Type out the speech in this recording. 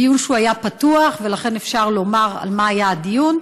דיון שהיה פתוח, ולכן אפשר לומר על מה היה הדיון,